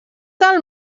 del